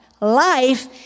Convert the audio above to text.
life